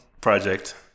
project